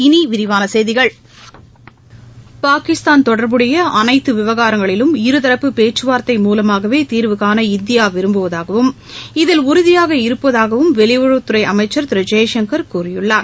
இனி விரிவான செய்திகள் பாகிஸ்தான் தொடர்புடைய அனைத்து விவகாரங்களிலும் இருதரப்பு பேச்சுவார்த்தை மூலமாகவே தீர்வுகாண இந்தியா விரும்புவதாகவும் இதில் உறுதியாக இருப்பதாகவும் வெளியுறவுத்துறை அமைச்சர் திரு ஜெய்சங்கர் கூறியுள்ளார்